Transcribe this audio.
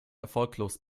erfolglos